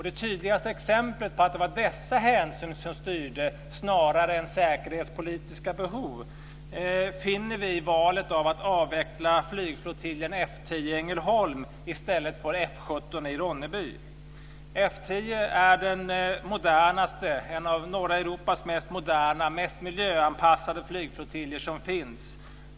Det tydligaste exemplet på att det var dessa hänsyn som styrde snarare än säkerhetspolitiska behov finner vi i valet att avveckla flygflottiljen F 10 i Ängelholm i stället för F 17 i Ronneby. F 10 är en av norra Europas mest moderna och miljöanpassade flygflottiljer.